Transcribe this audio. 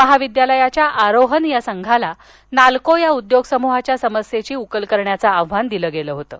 महाविद्यालयाच्या आरोहन या संघाला नाल्को या उद्योग समूहाच्या समस्येची उकल करण्याचं आव्हान दिलं होतं